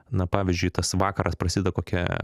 na pavyzdžiui tas vakaras prasideda kokią